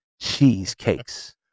Cheesecakes